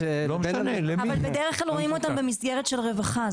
אבל בדרך כלל רואים אותם במסגרת של רווחה.